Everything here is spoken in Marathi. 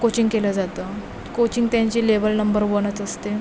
कोचिंग केलं जातं कोचिंग त्यांची लेवल नंबर वनच असते